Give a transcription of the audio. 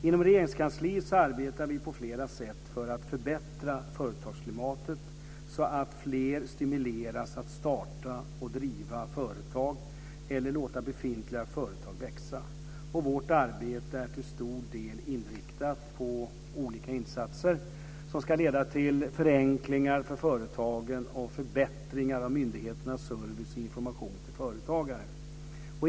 Inom Regeringskansliet arbetar vi på flera sätt för att förbättra företagsklimatet så att fler stimuleras att starta och driva företag eller låta befintliga företag växa. Vårt arbete är till stor del inriktat på olika insatser som ska leda till förenklingar för företagen och förbättringar av myndigheternas service och information till företagare.